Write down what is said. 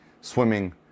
swimming